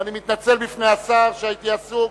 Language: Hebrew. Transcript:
ואני מתנצל בפני השר שהייתי עסוק.